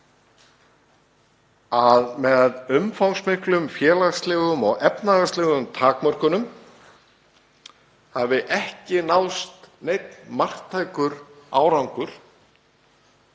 að með umfangsmiklum félagslegum og efnahagslegum takmörkunum hafi ekki náðst neinn marktækur árangur